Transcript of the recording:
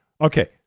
okay